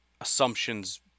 assumptions